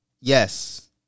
yes